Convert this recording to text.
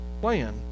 plan